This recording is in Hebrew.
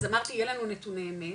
אז אמרתי יהיה לנו נתוני אמת,